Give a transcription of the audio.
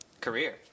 career